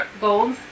gold